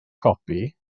copi